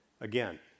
Again